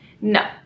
No